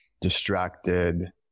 distracted